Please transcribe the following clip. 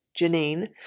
Janine